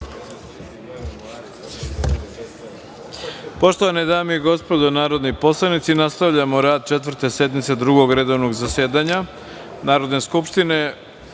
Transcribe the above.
Poštovane dame i gospodo narodni poslanici, nastavljamo rad Četvrte sednice Drugog redovnog zasedanja Narodne skupštine